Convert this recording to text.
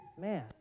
man